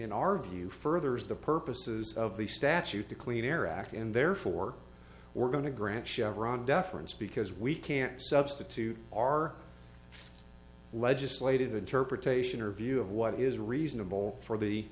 in our view furthers the purposes of the statute the clean air act and therefore we're going to grant chevron deference because we can't substitute our legislative interpretation or view of what is reasonable for the